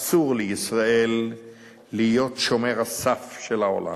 אסור לישראל להיות שומר הסף של העולם.